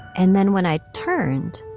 and then when i turned,